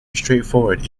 straightforward